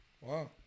Wow